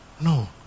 No